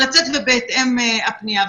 ויכולים לשרת בהם כתף לצד כתף יהודים לצד ערבים,